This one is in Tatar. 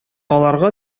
аларга